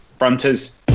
Brunters